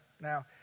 Now